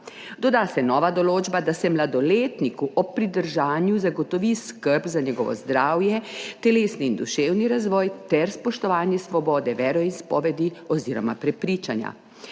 Doda se nova določba, da se mladoletniku ob pridržanju zagotovi skrb za njegovo zdravje, telesni in duševni razvoj ter spoštovanje svobode veroizpovedi oziroma prepričanja.